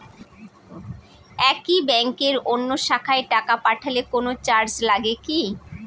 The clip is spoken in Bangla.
একই ব্যাংকের অন্য শাখায় টাকা পাঠালে কোন চার্জ লাগে কি?